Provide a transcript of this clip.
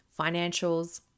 financials